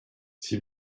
six